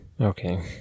Okay